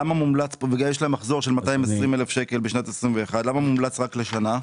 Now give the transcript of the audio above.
2023. יש להם מחזור של 220 אלף שקלים בשנת 2021. למה מומלץ רק לשנה?